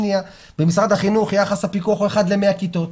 במשרד החינוך יחס הפיקוח הוא אחד ל-100 כיתות.